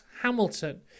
Hamilton